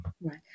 Right